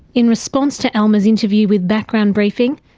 in response to alma's interview with background briefing,